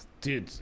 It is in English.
dude